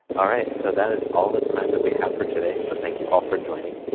all right. so that is all the time that we have for today, so thank you all for joining.